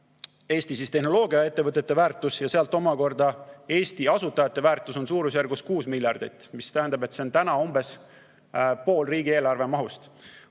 Eesti tehnoloogiaettevõtete ja sealt omakorda Eesti asutajate väärtus on suurusjärgus kuus miljardit. See tähendab, et see on praegu umbes pool riigieelarve mahust.